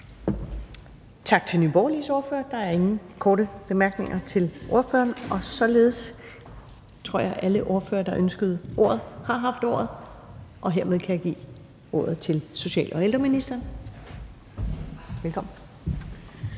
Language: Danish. Tak til Nye Borgerliges ordfører. Der er ingen korte bemærkninger til ordføreren. Således tror jeg, at alle ordførere, der ønskede ordet, har haft ordet. Hermed kan jeg give ordet til social- og ældreministeren. Velkommen.